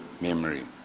memory